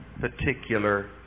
particular